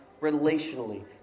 relationally